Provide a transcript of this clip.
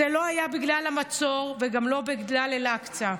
זה לא היה בגלל המצור וגם לא בגלל אל-אקצא.